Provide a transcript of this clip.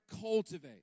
cultivate